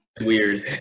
weird